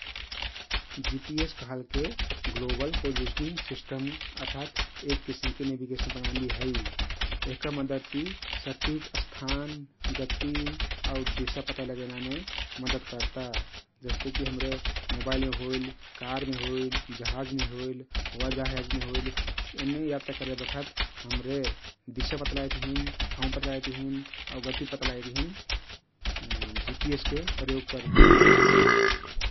जिपिएस कहलके global positioning system अर्थात एक किसिमके नेभिगेशन प्रणली हइ । यहका मदत ति सटिक स्थान, गती आउ दिशा पता लगैनामे मदत कर्ता । जस्तेक कि हम्र मोबाईमे होइल, कारमे होइल, जहाजमे होइल, हवाई जहाजमे होइल यमने यात्रा करे बखत हम्रे दिशा पता लगाईक तहिन ठाउँ पता लगाइक तहिन आउ गती पता लगाइक तहिन जिपिएसके प्रयोग करती ।